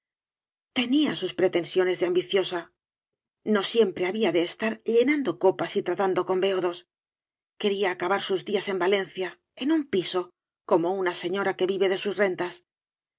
tenía sus pretensiones de ambiciosa no siempre había de estar llenando copas y tratando con beodos quería acabar sus días en valencia en un piso como una señora que vive de sus rentas